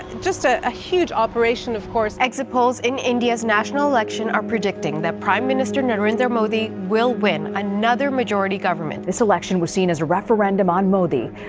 just ah a huge operation, of course exit polls in india's national election are predicting that prime minister narendra and modi will win another majority government this election was seen as a referendum on modi,